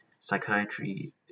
Psychiatry